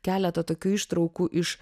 keletą tokių ištraukų iš